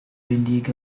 indica